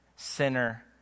sinner